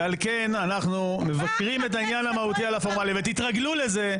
על כן אנחנו מבכרים את העניין המהותי על הפורמלי ותתרגלו לזה.